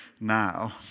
now